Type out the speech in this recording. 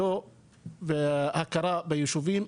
והכרה בישובים,